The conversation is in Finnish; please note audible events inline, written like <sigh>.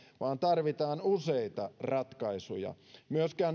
vaan tarvitaan useita ratkaisuja myöskään <unintelligible>